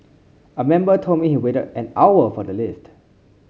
a member told me he waited an hour for the lift